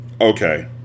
Okay